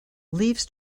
leaves